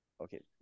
okay